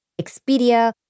Expedia